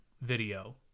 video